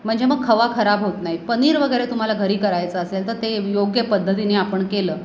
म्हणजे मग खवा खराब होत नाही पनीर वगैरे तुम्हाला घरी करायचं असेल तर ते योग्य पद्धतीने आपण केलं